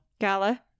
Gala